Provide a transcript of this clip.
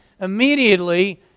immediately